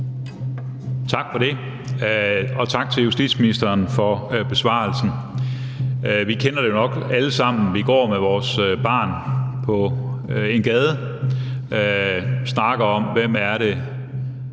Tak for det, og tak til justitsministeren for besvarelsen. Vi kender det jo nok alle sammen: Vi går med vores barn på en gade, snakker om, hvem der er